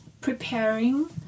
preparing